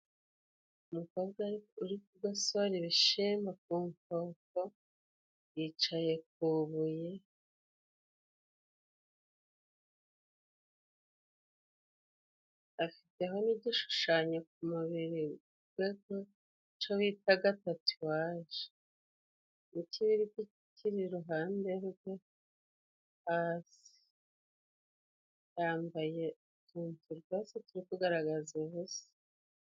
Umukobwa uri kugusora ibishimbo ku nkoko, yicaye ku buye, afiteho n'igishushanyo ku mubiri, ico bitaga tatuwaje. Mu kirere kiri iruhande rwe hasi. Yambaye utuntu twa se turi kugaragaza ubusa.